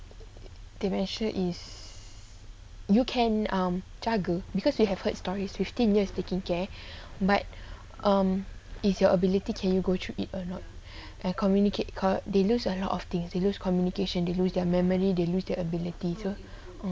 dementia is you can um jaga because you have heard stories fifteen years taking care but um it's your ability can you go through it or not and communicate they lose a lot of things they lose communication they lose their memory they lose their ability so